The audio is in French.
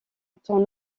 temps